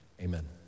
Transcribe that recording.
Amen